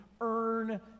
earn